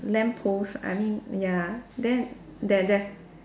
lamppost I mean ya then there there's